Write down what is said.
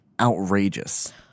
outrageous